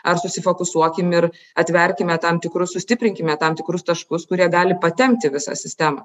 ar susifokusuokim ir atverkime tam tikrus sustiprinkime tam tikrus taškus kurie gali patempti visą sistemą